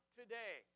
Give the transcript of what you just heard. today